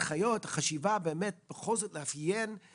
איגוד ערים כינרת חוקקו את חוק איסור המוסיקה וחופים שקטים בשנת